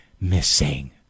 missing